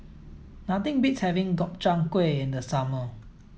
nothing beats having Gobchang gui in the summer